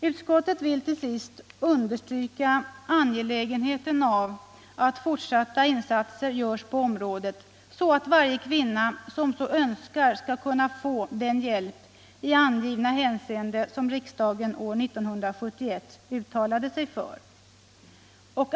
Utskottet vill till sist understryka angelägenheten av att fortsatta insatser görs på området, så att varje kvinna som så önskar skall kunna få den hjälp i angivna hänseende som riksdagen år 1971 uttalade sig för.